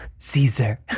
Caesar